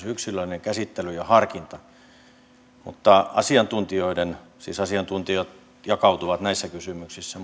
yksilöllinen käsittely ja harkinta ovat aivan välttämättömiä mutta meidän asiantuntijoidemme siis asiantuntijat jakautuvat näissä kysymyksissä